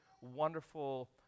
wonderful